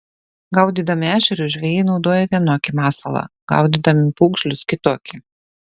gaudydami ešerius žvejai naudoja vienokį masalą gaudydami pūgžlius kitokį